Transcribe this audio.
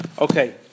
Okay